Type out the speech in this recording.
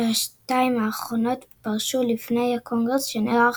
כשהשתיים האחרונות פרשו לפני הקונגרס שנערך